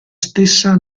stessa